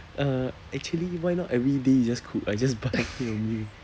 uh actually why not everyday you just cook I just buy your meal